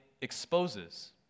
exposes